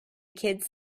kids